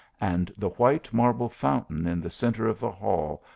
and the white marble fountain in the centre of the hall,